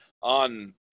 on